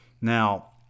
Now